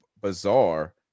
bizarre